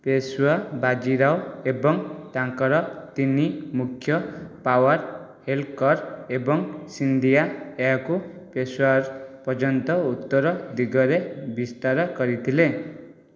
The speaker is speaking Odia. ପେସୱା ବାଜିରାଓ ଏବଂ ତାଙ୍କର ତିନି ମୁଖ୍ୟ ପାୱାର ହୋଲକର ଏବଂ ସିନ୍ଧିଆ ଏହାକୁ ପେସାୱାର ପର୍ଯ୍ୟନ୍ତ ଉତ୍ତର ଦିଗରେ ବିସ୍ତାର କରିଥିଲେ